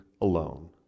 alone